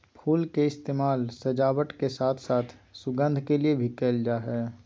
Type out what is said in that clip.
फुल के इस्तेमाल सजावट के साथ साथ सुगंध के लिए भी कयल जा हइ